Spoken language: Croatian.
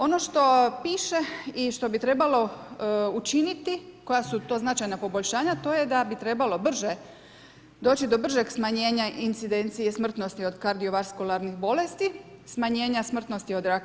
Ono što piše i što bi trebalo učiniti, koja su to značajna poboljšanja, to je da bi trebalo brže doći do bržeg smanjenja incidencije i smrtnosti od kardiovaskularnih bolesti, smanjenja smrtnosti od raka.